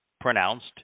pronounced